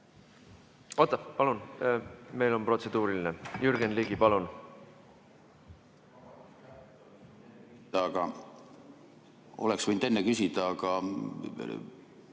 Oota, palun! Meil on protseduuriline. Jürgen Ligi, palun! Oleks võinud enne küsida, aga